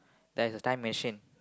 there is a time machine